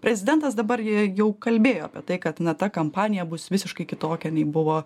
prezidentas dabar jie jau kalbėjo apie tai kad ta kampanija bus visiškai kitokia nei buvo